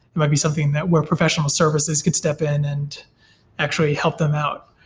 it might be something that where professional services could step in and actually help them out.